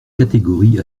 catégorie